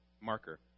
marker